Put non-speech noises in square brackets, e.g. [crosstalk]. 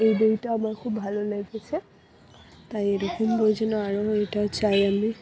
এই বইটা আমার খুব ভালো লেগেছে তাই এরকম বই যেন আরও [unintelligible] এইটা চাই আমি